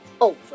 over